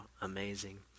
amazing